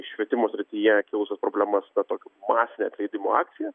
švietimo srityje kilusias problemas ta tokia masine atleidimo akcija